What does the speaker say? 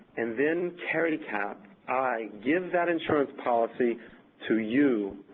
and then caricap, i, give that insurance policy to you,